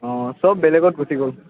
অঁ চব বেলেগত গুঠি গ'ল